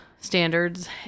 standards